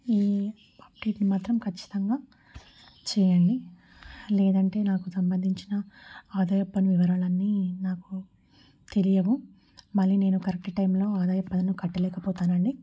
ఈ అప్డేట్ని మాత్రం ఖచ్చితంగా చెయ్యండి లేదంటే నాకు సంబంధించిన ఆదాయ పన్ను వివరాలన్నీ నాకు తెలియవు మళ్ళీ నేను కరెక్ట్ టైంలో అదాయ పన్ను కట్టలేక పోతానండి